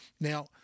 Now